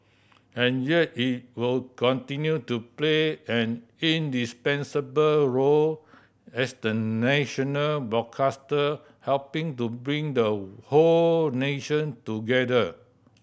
and yet it will continue to play an indispensable role as the national broadcaster helping to bring the whole nation together